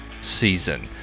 season